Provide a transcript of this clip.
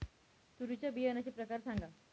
तूरीच्या बियाण्याचे प्रकार सांगा